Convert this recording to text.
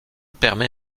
permet